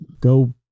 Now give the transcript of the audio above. go